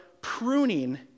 pruning